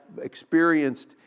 experienced